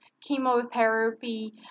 chemotherapy